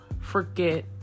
forget